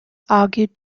argued